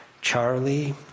Charlie